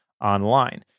online